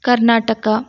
Karnataka